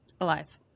Alive